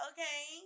Okay